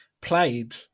played